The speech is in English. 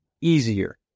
easier